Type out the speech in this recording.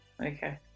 okay